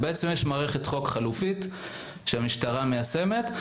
בעצם יש מערכת חוק חלופית שהמשטרה מיישמת.